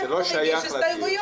איך הוא מגיש הסתייגויות,